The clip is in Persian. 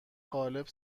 قالب